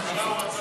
הוא אמר,